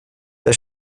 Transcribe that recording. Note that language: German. der